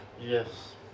Yes